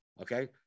Okay